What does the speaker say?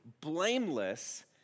blameless